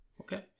Okay